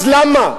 אז למה?